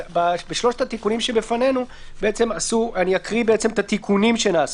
ואני אקריא את התיקונים שנעשו.